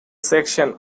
section